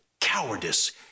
cowardice